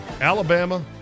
Alabama